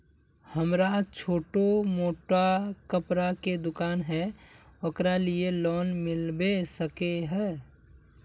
हमरा छोटो मोटा कपड़ा के दुकान है ओकरा लिए लोन मिलबे सके है?